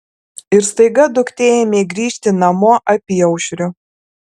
ir staiga duktė ėmė grįžti namo apyaušriu